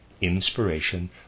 inspiration